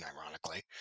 ironically